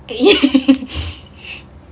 ya